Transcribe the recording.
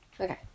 Okay